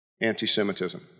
anti-Semitism